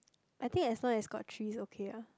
I think as long as got tress okay lah